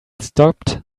stopped